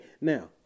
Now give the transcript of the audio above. Now